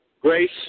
grace